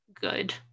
good